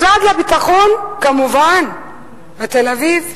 משרד הביטחון, כמובן בתל-אביב,